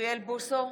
אוריאל בוסו,